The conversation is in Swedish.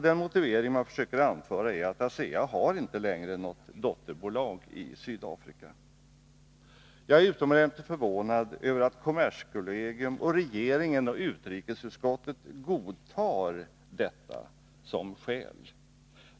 Den motivering som man försöker framföra är att ASEA inte längre har något dotterbolag i Sydafrika. Jag är utomordentligt förvånad över att kommerskollegium, regering och utrikesutskott godtar detta såsom skäl.